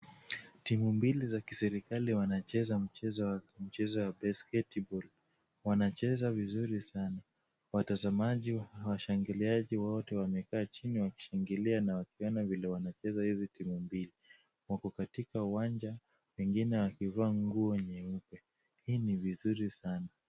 Timu mbili za kiserikali wanacheza mchezo ya basketiball . Wanacheza vizuri sana. Watazamaji na washangiliaji wote wamekaa chini wakishangilia na kuona vile wanacheza hizi timu mbili. Wako katika uwanja wengine wakivaa nguo nyeupe. Hii ni vizuri sana.